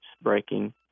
breaking